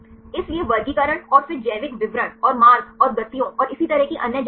इसलिए वर्गीकरण और फिर जैविक विवरण और मार्ग और गतियों और इसी तरह की अन्य जानकारी